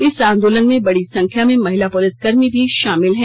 इस आंदोलन में बड़ी संख्या में महिला पुलिसकर्मी भी शामिल है